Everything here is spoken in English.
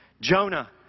Jonah